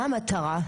מה המטרה?